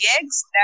gigs